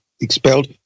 expelled